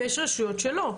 ויש רשויות שלא.